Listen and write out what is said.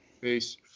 Peace